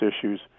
issues